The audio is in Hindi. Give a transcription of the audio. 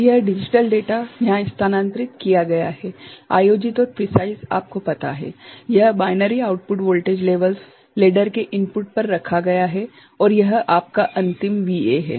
तो यह डिजिटल डेटा यहां स्थानांतरित किया गया है आयोजित और प्रीसाइज़ आपको पता है यह binary output voltage levels ladder के इनपुट पर रखा गया है और यह आपका अंतिम VA है